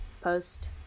Post